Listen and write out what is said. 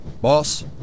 Boss